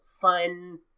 fun